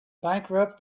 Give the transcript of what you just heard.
bankrupt